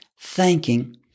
thanking